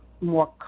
more